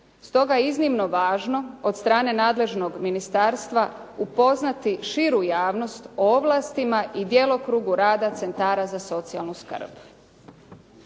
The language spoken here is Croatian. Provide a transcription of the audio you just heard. Stoga je iznimno važno od strane nadležnog ministarstva upoznati širu javnost o ovlastima i djelokrugu rada centara za socijalnu skrb.